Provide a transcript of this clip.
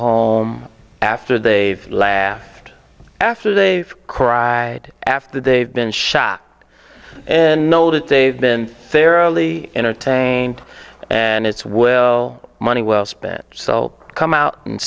home after they've laughed after they cried after they've been shot and know that they've been fairly entertaining and it's will money well spent so come out and